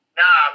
nah